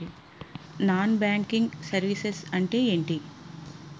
Non banking services అంటే ఎంటి?